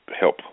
help